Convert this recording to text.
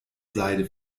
seide